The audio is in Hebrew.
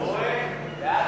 הוראת שעה) (תיקון,